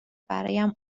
برایم